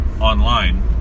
online